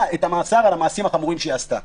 את המאסר על המעשים החמורים שהיא עשתה.